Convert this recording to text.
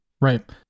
Right